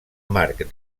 marc